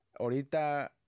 ahorita